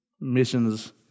Missions